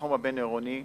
בתחום הבין-עירוני,